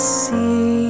see